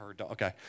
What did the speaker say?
Okay